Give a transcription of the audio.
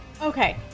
Okay